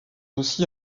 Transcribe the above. aussi